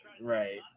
Right